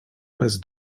bez